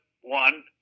one